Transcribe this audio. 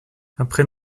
après